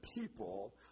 people